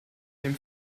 dem